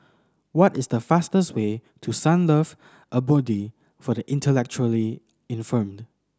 what is the fastest way to Sunlove Abode for the Intellectually Infirmed